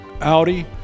Audi